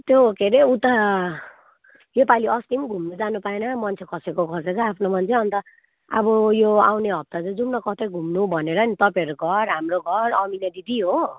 त्यो के अरे उता योपालि अस्ति पनि घुम्नु जानु पाएनँ मान्छे खसेको खसेको आफ्नो मान्छे अन्त अब यो आउने हप्ता चाहिँ जुम्न कतै घुम्नु भनेर नि तपाईँहरूको घर हाम्रो घर अमिना दिदी हो